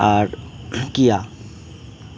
আর কিয়া